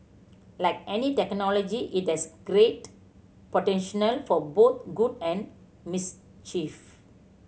like any technology it has great potential for both good and mischief